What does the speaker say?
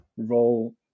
role